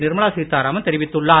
நிர்மலா சீத்தாரமன் தெரிவித்துள்ளார்